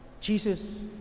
Jesus